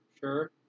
sure